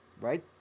right